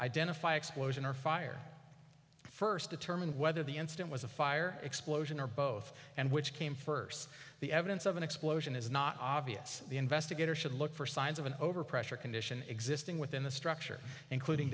identify explosion or fire first determine whether the incident was a fire explosion or both and which came first the evidence of an explosion is not obvious the investigator should look for signs of an overpressure condition existing within the structure including